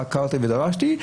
וחקרתי ודרשתי,